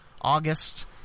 August